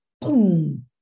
Boom